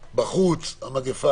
אמברקס.